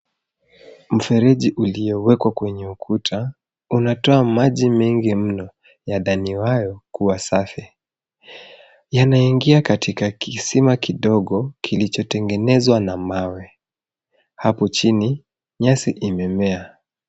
Mfereji uliowekwa kwenye ukuta unatoa maji mengi mno ya dhaniwayo kuwa safi. Yanaingia katika kisima kidogo kilicho tengenezwa na mawe. Hapo chini nyasi imemea.